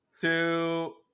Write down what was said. two